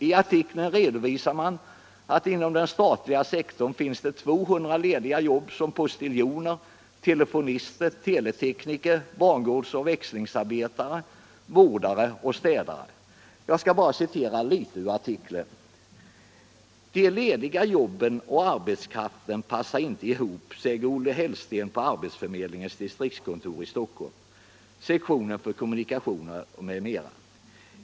I artikeln redovisar man att inom den statliga sektorn finns det 200 lediga jobb som postiljoner, telefonister, teletekniker, bangårds och växlingsarbetare, vårdare och städare. Jag skall bara citera litet ur artikeln: "De lediga jobben och arbetskraften passar inte ihop, säger Olle Hell sten på arbetsförmedlingens distriktskontor i Stockholm, sektionen för kommunikation etc.